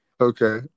Okay